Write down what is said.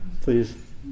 Please